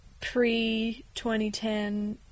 pre-2010